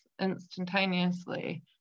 instantaneously